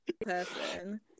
person